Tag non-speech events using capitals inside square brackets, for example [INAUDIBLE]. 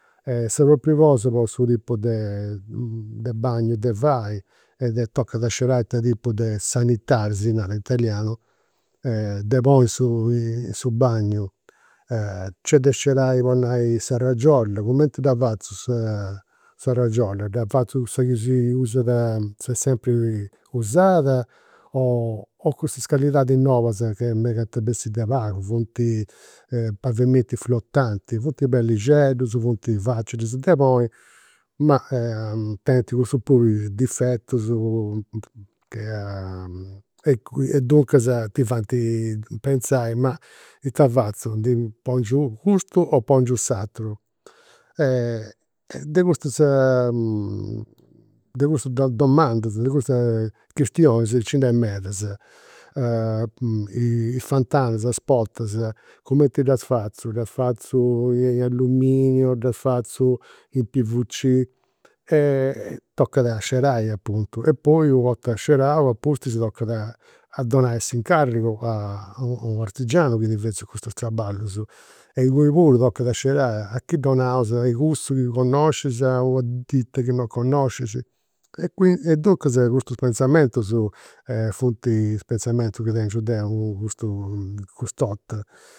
Sa propriu cosa po su tipu de [HESITATION] de bagnu de fai e tocat a scerai ita tipu de sanitari, si narat in italianu, de ponni in su [HESITATION] in su bagnu. Nc'est de scerai, po nai, sa cragiolla, cumenti dda fatzu sa [HESITATION] sa cragiolla, dda fatzu cussa chi si usat s'est sempri usada o [HESITATION] o cussas calidadis nobas che megant a bessiri de pagu, funt pavimenti flotanti, funt bellixeddus, funt facilis de poniri, ma tenint cussus puru difetus [HESITATION] e duncas ti faint pentzai, ma ita fatzu, ndi pongiu custu o pongiu s'ateru. [HESITATION] de custas, de custas domandas, de custas chistionis nci nd'est medas. Is fentanas, is portas, cumenti ddas fatzu, ddas fatzu in alluminio, ddas fatzu in pvc. E tocat a scerai, apuntu, e poi u' 'orta scerau, apustis, tocat a donai s'incarigu a u' artigianu chi ti fezit custus traballus. E inguni puru tocat a scerai, a chi dd'onaus? A cussu chi connoscis, a una ditta chi non connoscis. E quindi e duncas custus penzamentus funt is penzamentus chi tengiu deu in custu, [HESITATION] cust'orta